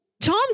Tom